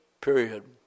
period